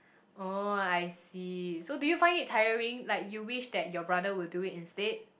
oh I see so do you find it tiring like you wish that your brother would do it instead